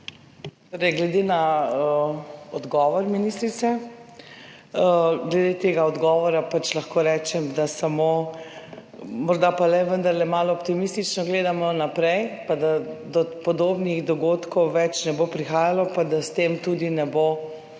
Glede na odgovor ministrice, glede tega odgovora lahko rečem, da morda pa le vendarle malo optimistično gledamo naprej. Da do podobnih dogodkov ne bo več prihajalo pa da s tem tudi ne bo